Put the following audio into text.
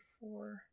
four